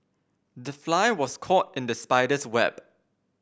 the fly was caught in the spider's web